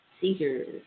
Seizures